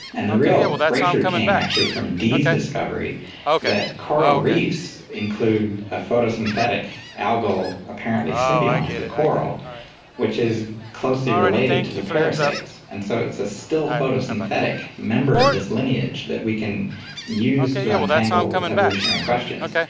and the real breakthrough came actually from dee's discovery that coral reefs include a photosynthetic algal apparently symbiont of the coral which is closely related to the parasites. and so it's a still photosynthetic member of this lineage that we can use to untangle evolutionary questions.